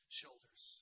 shoulders